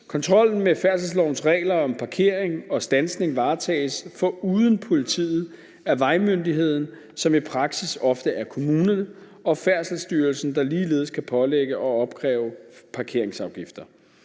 Kontrollen med færdselslovens regler om parkering og standsning varetages foruden politiet af vejmyndigheden, som i praksis ofte er kommunerne, og Færdselsstyrelsen, der ligeledes kan pålægge og opkræve parkeringsafgifter.